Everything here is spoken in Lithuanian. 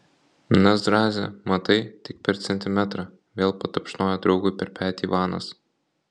na zraze matai tik per centimetrą vėl patapšnojo draugui per petį ivanas